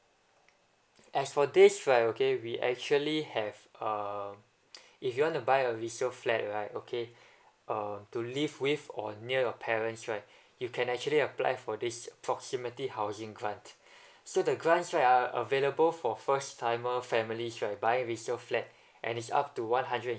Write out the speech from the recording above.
as for this right okay we actually have uh um if you want to buy a resale flat right okay um to live with or near your parents right you can actually apply for this proximity housing grant so the grants right are available for first timer families right to buy resale flat and is up to one hundred and